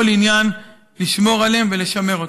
כל עניין לשמור עליהם ולשמר אותם.